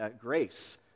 grace